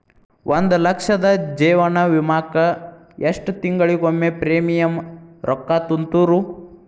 ಒಂದ್ ಲಕ್ಷದ ಜೇವನ ವಿಮಾಕ್ಕ ಎಷ್ಟ ತಿಂಗಳಿಗೊಮ್ಮೆ ಪ್ರೇಮಿಯಂ ರೊಕ್ಕಾ ತುಂತುರು?